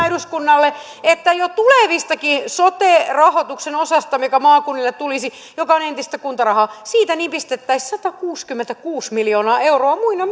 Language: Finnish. eduskunnalle että jo tulevastakin sote rahoituksen osasta joka maakunnille tulisi joka on entistä kuntarahaa nipistettäisiin satakuusikymmentäkuusi miljoonaa euroa muina